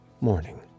morning